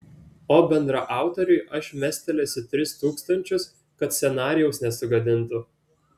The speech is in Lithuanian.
o bendraautoriui aš mestelėsiu tris tūkstančius kad scenarijaus nesugadintų